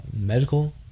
medical